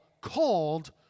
called